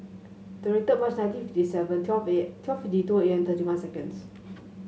twenty third March nineteen fifty seven twelve A M twelve fifty two A M thirty one seconds